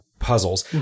puzzles